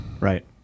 right